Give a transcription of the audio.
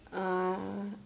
err